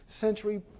century